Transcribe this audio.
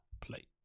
Play